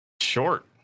short